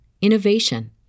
innovation